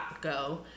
go